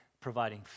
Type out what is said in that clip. providing